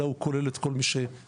אלא שהוא כולל את כל מי שרלוונטי.